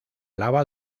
lava